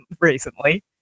recently